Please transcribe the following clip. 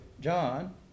John